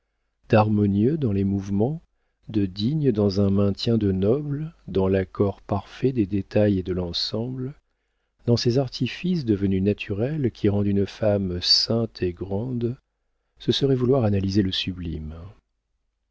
d'harmonieux dans les mouvements de digne dans un maintien de noble dans l'accord parfait des détails et de l'ensemble dans ces artifices devenus naturels qui rendent une femme sainte et grande ce serait vouloir analyser le sublime